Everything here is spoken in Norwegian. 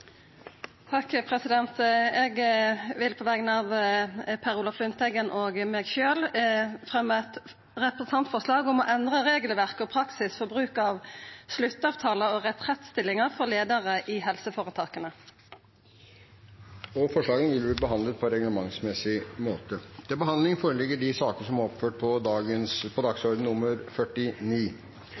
Eg vil på vegner av Per Olaf Lundteigen og meg sjølv fremja eit representantforslag om å endra regelverk og praksis for bruk av sluttavtalar og retrettstillingar for leiarar i helseføretaka. Forslagene vil bli behandlet på reglementsmessig måte. SV inviterer eldreministeren til Stortinget fordi vi er genuint nysgjerrige på